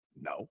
No